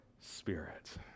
spirit